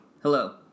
Hello